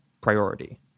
priority